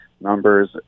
numbers